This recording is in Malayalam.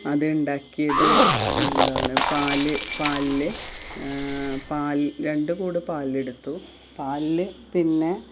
അത് ഉണ്ടാക്കിയത് എന്താണ് പാൽ പാലിൽ പാൽ രണ്ട് കൂട് പാൽ എടുത്തു പാലിൽ പിന്നെ